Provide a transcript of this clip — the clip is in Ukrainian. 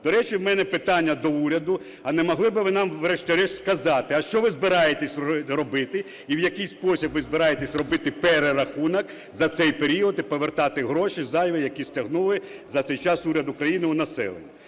До речі, у мене питання до уряду: а не могли би ви нам врешті-решт сказати, а що ви збираєтеся робити і в який спосіб ви збираєтесь робити перерахунок за цей період і повертати гроші зайві, які стягнув за цей час уряд України у населення?